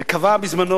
והוא קבע בזמנו,